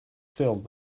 filled